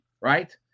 right